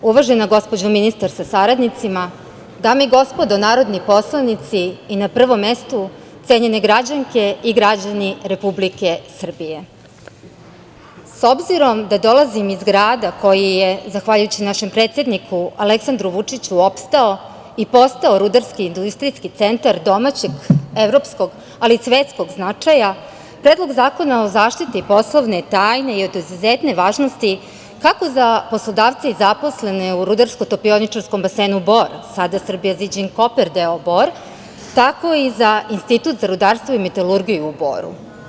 Uvažena gospođo ministar sa saradnicima, dame i gospodo narodni poslanici i na prvom mestu cenjene građanke i građani Republike Srbije, s obzirom da dolazim iz grada koji je, zahvaljujući našem predsedniku Aleksandru Vučiću, opstao i postao rudarsko-industrijski centar domaćeg evropskog, ali i svetskog značaja, Predlog zakona o zaštiti poslovne tajne je od izuzetne važnosti kako za poslodavca i zaposlene u RTB „Bor“, sada Serbia Zijin Copper doo, tako i za Institut za rudarstvo i metalurgiju u Boru.